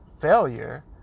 failure